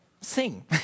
Sing